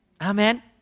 Amen